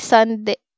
Sunday